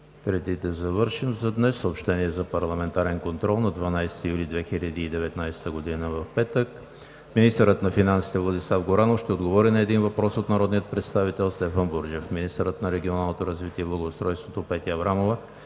приет Законопроектът. Съобщения за парламентарен контрол на 12 юли 2019 г., петък: 1. Министърът на финансите Владислав Горанов ще отговори на един въпрос от народния представител Стефан Бурджев. 2. Министърът на регионалното развитие и благоустройството Петя Аврамова